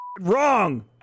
wrong